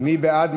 מי בעד?